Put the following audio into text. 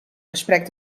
gesprek